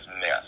mess